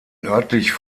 nördlich